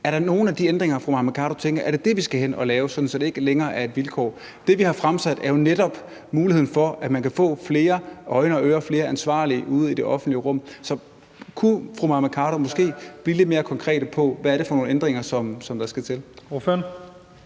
Er det sådan nogen ændringer, som fru Mai Mercado tænker på at vi skal lave, så det ikke længere er et vilkår? Det, vi har fremsat forslag om, er jo netop muligheden for, at man kan få flere øjne og ører og flere ansvarlige ude i det offentlige rum. Så kunne fru Mai Mercado måske blive lidt mere konkret på, hvad det er for nogen ændringer, som der skal til?